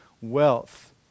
wealth